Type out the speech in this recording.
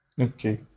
okay